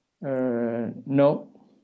No